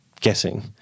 guessing